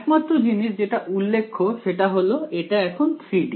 একমাত্র জিনিস যেটা উল্লেখ্য সেটা হল এটা এখন 3 D